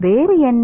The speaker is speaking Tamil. வேறு என்ன